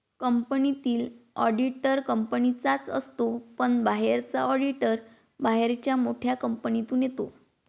कंपनीतील ऑडिटर कंपनीचाच असतो पण बाहेरचा ऑडिटर बाहेरच्या मोठ्या कंपनीतून येतो